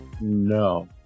No